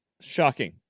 Shocking